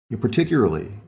particularly